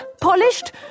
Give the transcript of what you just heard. polished